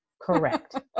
Correct